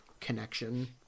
connection